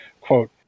quote